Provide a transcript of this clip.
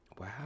wow